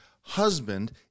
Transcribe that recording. husband